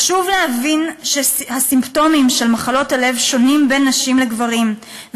חשוב להבין שהסימפטומים של מחלות הלב שונים בין נשים לגברים,